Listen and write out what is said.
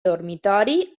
dormitori